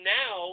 now